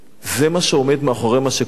זה מה שעומד מאחורי מה שקורה פה.